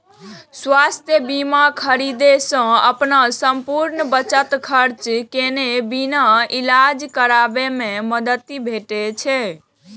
स्वास्थ्य बीमा खरीदै सं अपन संपूर्ण बचत खर्च केने बिना इलाज कराबै मे मदति भेटै छै